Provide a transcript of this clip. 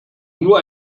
nur